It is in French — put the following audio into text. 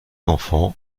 enfants